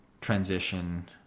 transition